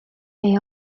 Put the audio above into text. may